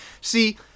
see